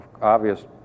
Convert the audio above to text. obvious